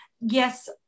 yes